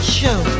show